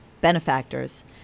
benefactors